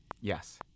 Yes